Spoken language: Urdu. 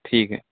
ٹھیک ہے